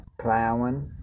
plowing